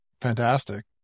fantastic